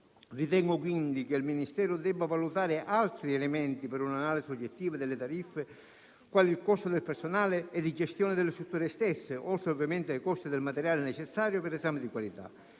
Ritengo, quindi, che il Ministero debba valutare altri elementi per un'analisi oggettiva delle tariffe, quali il costo del personale e di gestione delle strutture stesse, oltre ovviamente ai costi del materiale necessario per esami di qualità.